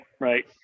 right